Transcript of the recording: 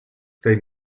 they